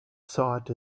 sought